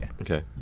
Okay